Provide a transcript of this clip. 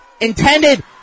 intended